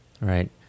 Right